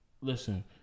Listen